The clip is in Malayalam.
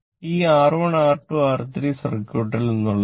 ഈ R1 R2 R3 സർക്യൂട്ടിൽ നിന്നുള്ളതാണ്